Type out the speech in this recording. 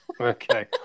Okay